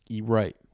Right